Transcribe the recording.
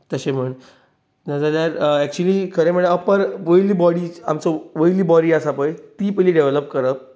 तशें म्हूण ना जाल्यार एक्चुअली खरें म्हणल्यार अपर वयली बॉडी आमची वयली बॉडी आसा पय ती पयली डॅवलप करप